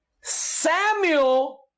Samuel